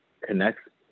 connects